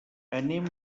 anem